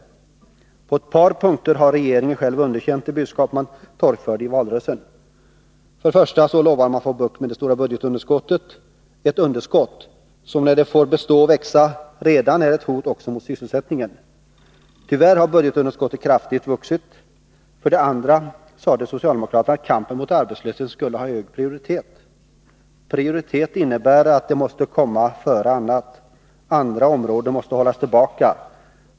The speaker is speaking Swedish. På ett par punkter har regeringen själv underkänt det budskap som man torgförde i valrörelsen. För det första lovade man att få bukt med det stora budgetunderskottet, ett underskott som när det får bestå och växa redan är ett hot också mot sysselsättningen. Tyvärr har budgetunderskottet kraftigt vuxit. För det andra sade socialdemokraterna att kampen mot arbetslösheten skulle ha hög prioritet. Prioritet innebär att det måste komma före annat. Andra områden måste hållas tillbaka.